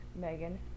Megan